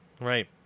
Right